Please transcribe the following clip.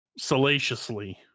salaciously